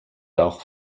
tard